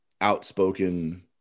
outspoken